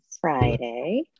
Friday